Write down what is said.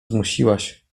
zmusiłaś